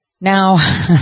Now